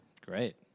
Great